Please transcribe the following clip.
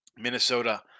Minnesota